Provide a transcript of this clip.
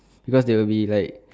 because they will be like